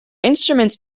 instruments